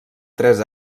tres